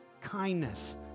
kindness